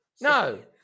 No